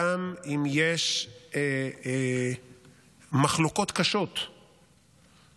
גם אם יש מחלוקות קשות מאוד,